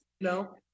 No